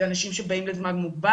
ואלה אנשים שבאים לזמן מוגבל,